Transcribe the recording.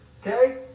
Okay